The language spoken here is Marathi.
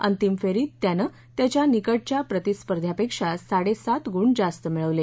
अंतिम फेरीत त्यानं त्याच्या निकटच्या प्रतिस्पर्ध्यापेक्षा साडेसात गूण जास्त मिळवले